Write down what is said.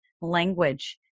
language